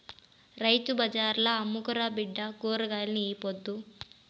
రైతు బజార్ల అమ్ముకురా బిడ్డా కూరగాయల్ని ఈ పొద్దు